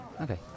Okay